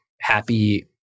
happy